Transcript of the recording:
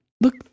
Look